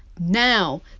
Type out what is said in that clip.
now